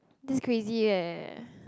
that's crazy eh